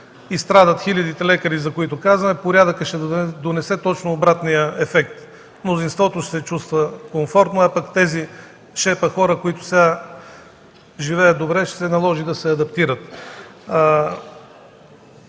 и страдат хилядите лекари, за които говорим, порядъкът ще донесе точно обратния ефект – мнозинството ще се чувства комфортно, а пък тази шепа хора, които сега живеят добре, ще се наложи да се адаптират.